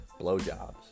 blowjobs